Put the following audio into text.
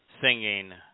singing